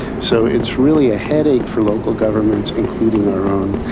so it's really ah headache for local governments, including our own.